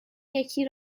یکی